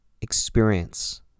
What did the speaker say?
experience